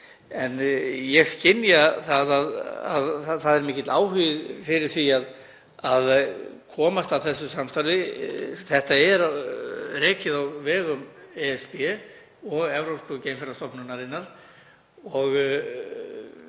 Ég skynja að það er mikill áhugi á því að koma að þessu samstarfi. Það er rekið á vegum ESB og Evrópsku geimferðastofnunarinnar og